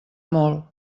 molt